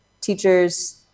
teachers